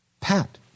Pat